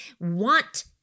want